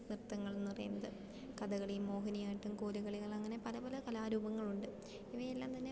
നൃത്തങ്ങളെന്ന് പറയുന്നത് കഥകളി മോഹിനിയാട്ടം കോലുകളി അങ്ങനെ പല പല കലാരൂപങ്ങളുണ്ട് ഇവയെല്ലാം തന്നെ